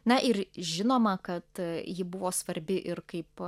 na ir žinoma kad ji buvo svarbi ir kaip